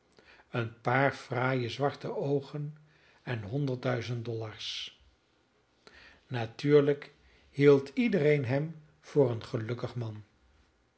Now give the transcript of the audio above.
een paar fraaie zwarte oogen en honderdduizend dollars natuurlijk hield iedereen hem voor een gelukkig man